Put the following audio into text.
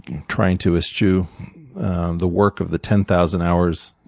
trying to eschew the work of the ten thousand hours,